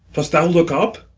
dost thou look up?